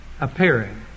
appearing